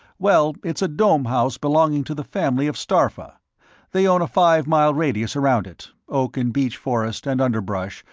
well, it's a dome house belonging to the family of starpha they own a five-mile radius around it, oak and beech forest and underbrush,